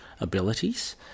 abilities